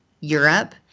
Europe